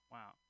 Wow